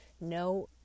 No